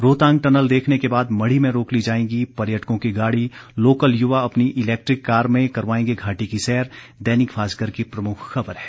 Rohtang tunnel देखने के बाद मढ़ी में रोक ली जाएगी पर्यटकों की गाड़ी लोकल युवा अपनी इलैक्ट्रिक कार में करवाएंगे घाटी की सैर दैनिक भास्कर की प्रमुख खबर है